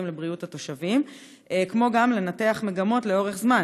לבריאות התושבים וגם לנתח מגמות לאורך זמן,